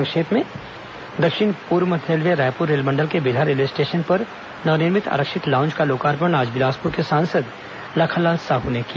संक्षिप्त समाचार दक्षिण पूर्व मध्य रेलवे रायपुर रेल मंडल के बिल्हा रेलवे स्टेशन पर नवनिर्मित आरक्षित लाउंज का लोकार्पण आज बिलासपुर के सांसद लखनलाल साहू ने किया